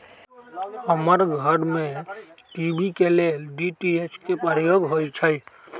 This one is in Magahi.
हमर घर में टी.वी के लेल डी.टी.एच के प्रयोग होइ छै